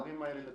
ישראל, טוב